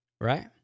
right